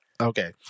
Okay